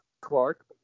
Clark